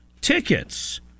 tickets